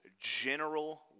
general